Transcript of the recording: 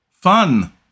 fun